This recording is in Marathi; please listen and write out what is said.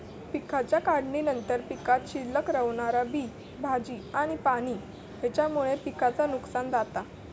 पिकाच्या काढणीनंतर पीकात शिल्लक रवणारा बी, भाजी आणि पाणी हेच्यामुळे पिकाचा नुकसान जाता